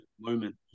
moment